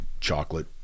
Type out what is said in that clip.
chocolate